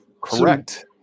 Correct